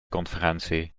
conferentie